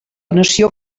nació